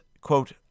quote